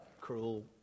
cruel